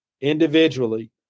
individually